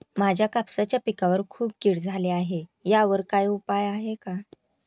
माझ्या कापसाच्या पिकावर खूप कीड झाली आहे यावर काय उपाय आहे का?